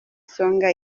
songa